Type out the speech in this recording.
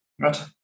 right